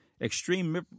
extreme